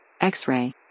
X-Ray